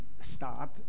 start